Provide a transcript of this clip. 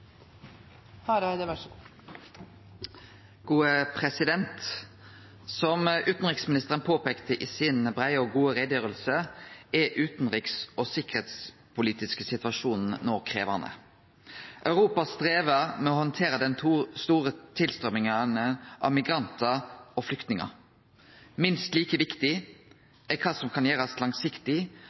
utanriks- og sikkerheitspolitiske situasjonen no krevjande. Europa strevar med å handtere den store tilstrøyminga av migrantar og flyktningar. Minst like viktig er kva som kan gjerast langsiktig